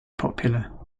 popular